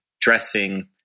dressing